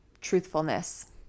truthfulness